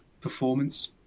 performance